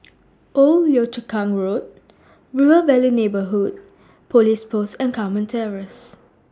Old Yio Chu Kang Road River Valley Neighbourhood Police Post and Carmen Terrace